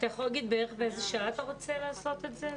אתה יכול להגיד בערך באיזו שעה אתה רוצה לעשות את זה?